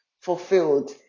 fulfilled